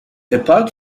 apart